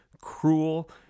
cruel